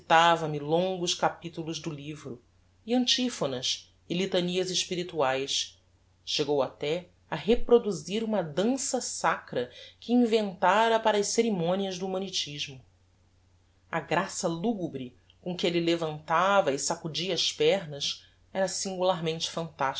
recitava me longos capitulos do livro e antiphonas e litanias espirituaes chegou até a reproduzir uma dansa sacra que inventara para as ceremonias do humanitismo a graça lugubre com que elle levantava e sacudia as pernas era singularmente fantastica